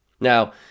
Now